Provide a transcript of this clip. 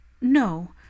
No